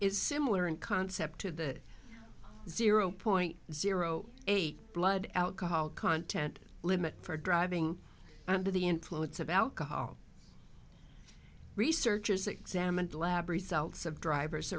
is similar in concept to the zero point zero eight blood alcohol content limit for driving under the influence of alcohol researchers examined lab results of drivers